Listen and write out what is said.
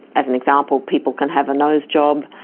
as an example, people can have a nose job,